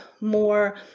more